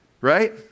right